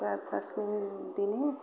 त तस्मिन् दिने